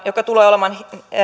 joka tulee olemaan